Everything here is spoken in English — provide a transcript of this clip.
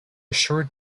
short